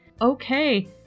Okay